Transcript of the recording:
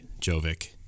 Jovic